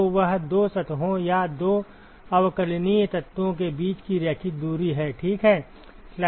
तो वह दो सतहों या दो अवकलनीय तत्वों के बीच की रैखिक दूरी है ठीक है